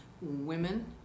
women